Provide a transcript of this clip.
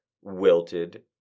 wilted